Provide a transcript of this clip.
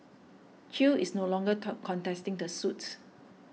Chew is no longer talk contesting the suit